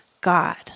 God